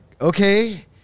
okay